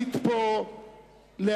להצית פה להבה,